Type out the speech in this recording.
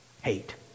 hate